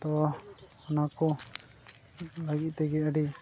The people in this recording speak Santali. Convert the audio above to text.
ᱛᱚ ᱚᱱᱟ ᱠᱚ ᱞᱟᱹᱜᱤᱫ ᱛᱮᱜᱮ ᱟᱹᱰᱤ